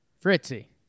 Fritzy